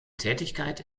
tätigkeit